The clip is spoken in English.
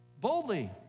boldly